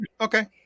Okay